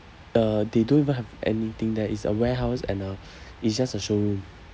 uh they don't even have anything there it's a warehouse and a it's just a showroom